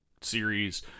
series